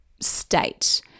state